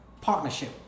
partnership